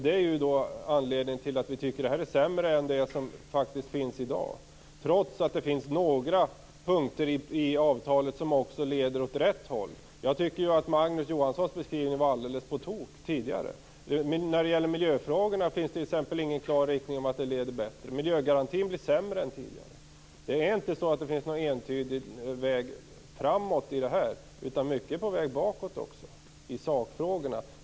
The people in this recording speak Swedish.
Det är anledningen till att vi tycker att detta är sämre än det som faktiskt finns i dag, trots att det finns några punkter i avtalet som också leder åt rätt håll. Jag tycker ju att Magnus Johanssons beskrivning tidigare var alldeles på tok. När det gäller t.ex. miljöfrågorna är det inte klart att det blir bättre. Miljögarantin blir sämre än tidigare. Det finns inte någon entydig väg framåt i och med detta, utan mycket är på väg bakåt i sakfrågorna.